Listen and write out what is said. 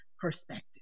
perspective